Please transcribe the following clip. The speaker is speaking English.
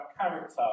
character